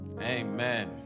Amen